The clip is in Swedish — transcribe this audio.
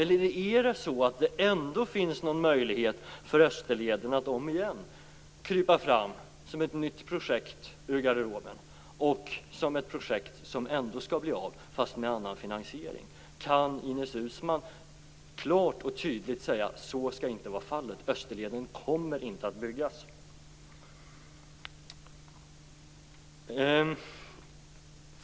Eller finns det ändå någon möjlighet för Österleden att omigen krypa fram som ett nytt projekt ur garderoben, som ett projekt som ändå skall bli av fast med annan finansiering? Kan Ines Uusmann klart och tydligt säga att så inte skall vara fallet? Österleden kommer inte att byggas.